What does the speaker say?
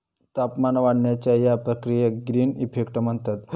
तापमान वाढण्याच्या या प्रक्रियेक ग्रीन इफेक्ट म्हणतत